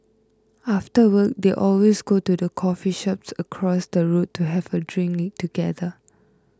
after work they always go to the coffee shop across the road to have a drink together